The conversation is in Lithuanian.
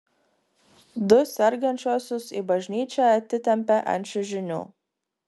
du sergančiuosius į bažnyčią atitempė ant čiužinių